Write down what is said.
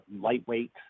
lightweight